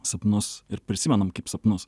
sapnus ir prisimenam kaip sapnus